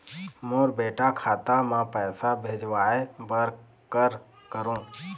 मोर बेटा खाता मा पैसा भेजवाए बर कर करों?